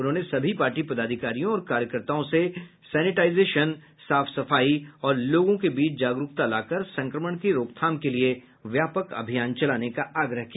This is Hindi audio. उन्होंने सभी पार्टी पदाधिकारियों और कार्यकर्ताओं से सैनिटाइजेशन साफ सफाई और लोगों के बीच जागरूकता लाकर संक्रमण की रोकथाम के लिए व्यापक अभियान चलाने का आग्रह किया